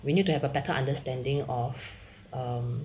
we need to have a better understanding of